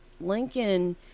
Lincoln